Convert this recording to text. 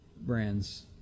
brands